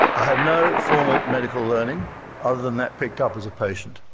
i have no formal medical learning other than that picked up as a patient.